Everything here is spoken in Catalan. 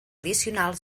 addicional